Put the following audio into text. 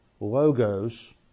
logos